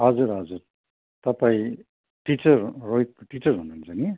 हजुर हजुर तपाईँ टिचर रोहितको टिचर हुनुहन्छ नि